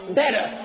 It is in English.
better